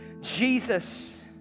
Jesus